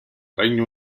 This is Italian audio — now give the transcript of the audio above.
regno